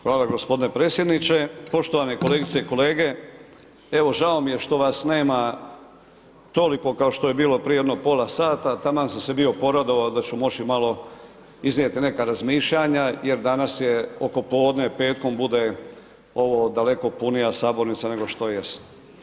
Hvala gospodine predsjedniče, poštovane kolegice i kolege evo žao mi je što vas nema toliko kao što je bilo prije jedno pola sata, taman sam se bio poradovao da ću moći malo iznijeti neka razmišljanja jer danas je oko podne, petkom bude ovo daleko punija sabornica nego što jest.